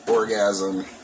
Orgasm